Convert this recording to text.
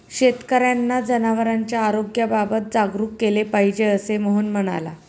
शेतकर्यांना जनावरांच्या आरोग्याबाबत जागरूक केले पाहिजे, असे मोहन म्हणाला